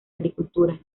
agricultura